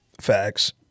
Facts